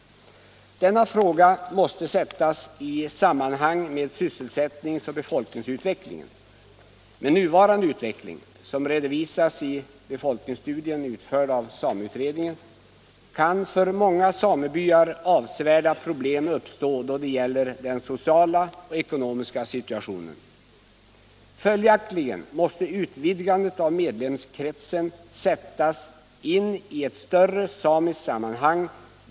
Denna fråga måste också sättas i sammanhang med sysselsättnings och befolkningsutvecklingen. Med nuvarande utveckling, som redovisas i befolkningsstudien, utförd av sameutredningen. kan för många samebyar avsevärda problem uppstå då det gäller den sociala och ekonomiska situationen. Följaktligen måste utvidgandet av medlemskretsen sättas in i ett större samiskt sammanhang.